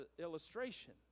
illustration